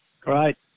Great